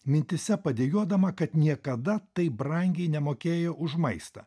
mintyse padejuodama kad niekada taip brangiai nemokėjo už maistą